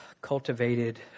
cultivated